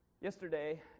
Yesterday